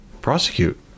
prosecute